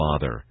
Father